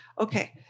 Okay